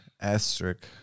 asterisk